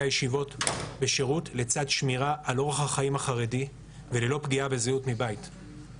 הישיבות בשירות לצד שמירה על אורח החיים החרדי וללא פגיעה בזהות ב- --.